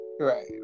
Right